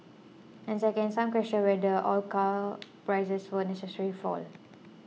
and second some question whether all car prices will necessarily fall